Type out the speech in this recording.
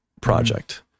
project